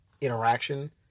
interaction